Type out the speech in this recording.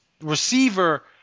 receiver